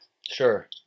Sure